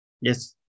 Yes